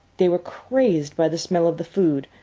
they were crazed by the smell of the food.